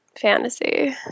fantasy